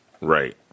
Right